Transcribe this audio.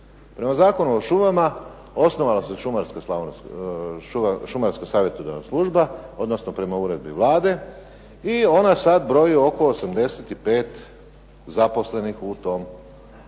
Prema Zakonu o šumama osnovala se Šumarska savjetodavna služba, odnosno prema uredbi Vlade i ona sad broji oko 85 zaposlenih u toj